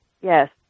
Yes